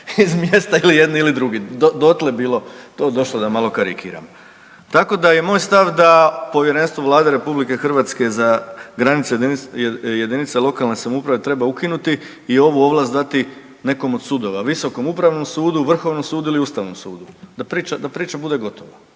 iz mjesta ili jedni ili drugi, dotle je bilo to došlo, da malo karikiram. Tako da je moj stav da Povjerenstvo Vlade RH za granice jedinice lokalne samouprave treba ukinuti i ovu ovlast dati nekom od sudova, Visokom upravnom sudu, Vrhovnom sudu ili Ustavnom sudu, da priča bude gotova